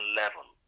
level